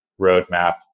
roadmap